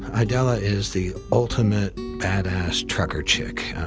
idella is the ultimate bad ass trucker chick.